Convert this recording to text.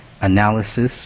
analysis